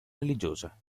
religiosa